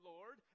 Lord